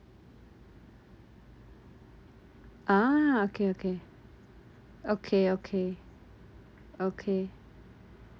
ah okay okay okay okay okay